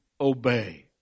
obey